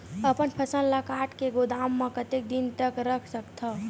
अपन फसल ल काट के गोदाम म कतेक दिन तक रख सकथव?